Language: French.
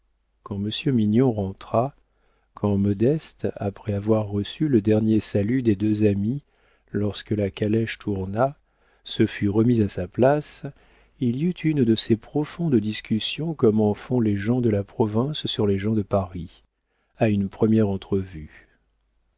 quand monsieur mignon rentra quand modeste après avoir reçu le dernier salut des deux amis lorsque la calèche tourna se fut remise à sa place il y eut une de ces profondes discussions comme en font les gens de la province sur les gens de paris à une première entrevue